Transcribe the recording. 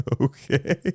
Okay